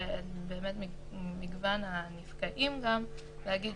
ובאמת מגוון הנפגעים גם, להגיד